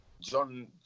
John